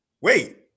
wait